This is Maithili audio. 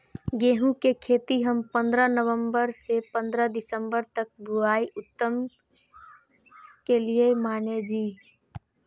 गेहूं के खेती हम पंद्रह नवम्बर से पंद्रह दिसम्बर तक बुआई उत्तम किया माने जी?